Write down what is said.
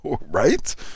right